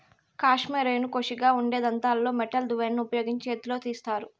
కష్మెరెను కోషిగా ఉండే దంతాలతో మెటల్ దువ్వెనను ఉపయోగించి చేతితో తీస్తారు